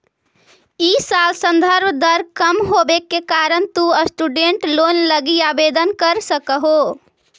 इ साल संदर्भ दर कम होवे के कारण तु स्टूडेंट लोन लगी आवेदन कर सकऽ हे